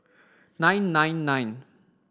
nine nine nine